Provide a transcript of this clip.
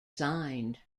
signed